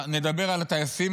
נדבר על הטייסים,